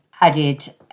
added